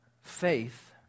faith